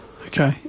Okay